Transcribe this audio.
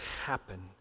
happen